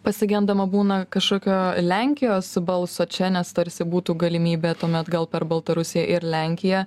pasigendama būna kažkokio lenkijos balso čia nes tarsi būtų galimybė tuomet gal per baltarusiją ir lenkiją